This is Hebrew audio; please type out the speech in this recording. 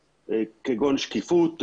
כגון: שקיפות,